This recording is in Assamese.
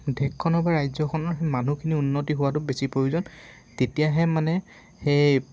দেশখনৰ বা ৰাজ্যখনৰ সেই মানুহখিনিৰ উন্নতি হোৱাটো বেছি প্ৰয়োজন তেতিয়াহে মানে সেই